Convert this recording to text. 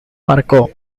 marcó